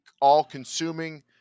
all-consuming